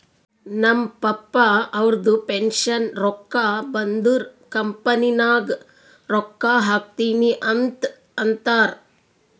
ನಮ್ ಪಪ್ಪಾ ಅವ್ರದು ಪೆನ್ಷನ್ ರೊಕ್ಕಾ ಬಂದುರ್ ಕಂಪನಿ ನಾಗ್ ರೊಕ್ಕಾ ಹಾಕ್ತೀನಿ ಅಂತ್ ಅಂತಾರ್